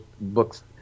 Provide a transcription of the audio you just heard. books